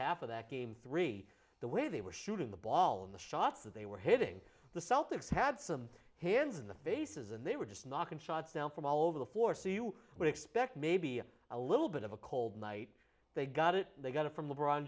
half of that game three the way they were shooting the ball in the shots that they were hitting the celtics had some hands in the faces and they were just knocking shots down from all over the floor so you but expect maybe a little bit of a cold night they got it they got it from the br